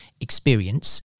experience